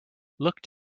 looked